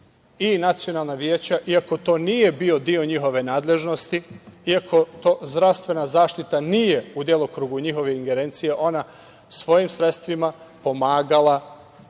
i nacionalna veća, iako to nije bio deo njihove nadležnosti, iako zdravstvena zaštita nije u delokrugu njihove ingerencije, ona svojim sredstvima pomagala